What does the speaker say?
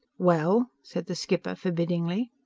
well? said the skipper forbiddingly.